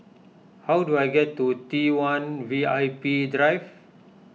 how do I get to T one V I P Drive